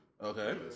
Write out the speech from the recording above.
Okay